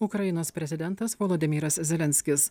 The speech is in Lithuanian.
ukrainos prezidentas volodymyras zelenskis